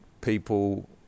people